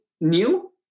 new